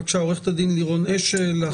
בבקשה, עו"ד לירון אשל.